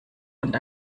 und